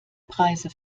preise